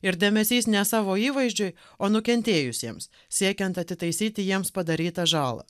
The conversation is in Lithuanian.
ir dėmesys ne savo įvaizdžiui o nukentėjusiems siekiant atitaisyti jiems padarytą žalą